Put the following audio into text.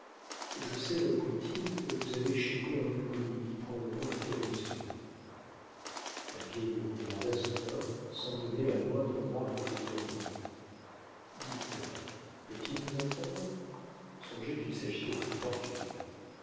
je sais reprit-il que vous avez chez vous un inconnu qui prend le nom de camuset la vieille le regarda soudain sans donner la moindre marque d'étonnement dites peut-il nous entendre songez qu'il s'agit de votre fortune